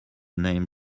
name